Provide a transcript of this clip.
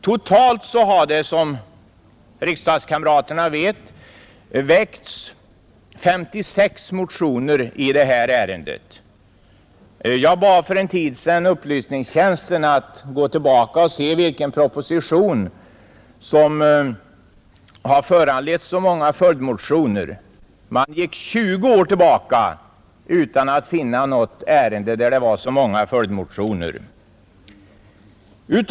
Totalt har det som riksdagskamraterna vet väckts 55 motioner i ärendet. Jag bad för en tid sedan upplysningstjänsten att gå tillbaka i handlingarna och se om någon annan proposition har föranlett så många följdmotioner. Man gick 20 år tillbaka utan att finna något ärende med lika många följdmotioner.